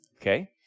Okay